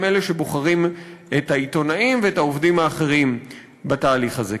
הם שבוחרים את העיתונאים ואת העובדים האחרים בתהליך הזה.